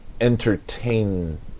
entertain